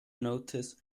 notice